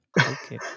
okay